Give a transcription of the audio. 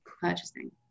purchasing